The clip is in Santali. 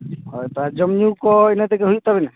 ᱦᱚᱭᱛᱚ ᱟᱨ ᱡᱚᱢᱼᱧᱩᱠᱚ ᱤᱱᱟᱹᱛᱮᱜᱮ ᱦᱩᱭᱩᱜ ᱛᱟᱵᱮᱱᱟ